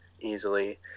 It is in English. easily